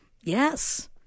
Yes